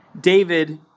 David